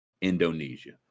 Indonesia